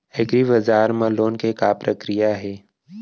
एग्रीबजार मा लोन के का प्रक्रिया हे?